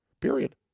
Period